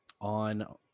on